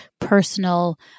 personal